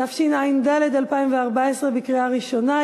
התשע"ד 2014, לקריאה ראשונה.